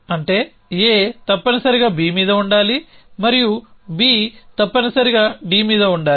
అంటే A తప్పనిసరిగా B మీద ఉండాలి మరియు B తప్పనిసరిగా D మీద ఉండాలి